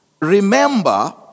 remember